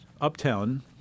uptown